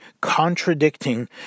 contradicting